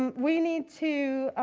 um we need to,